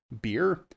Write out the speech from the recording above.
beer